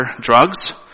drugs